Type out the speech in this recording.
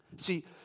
See